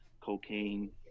cocaine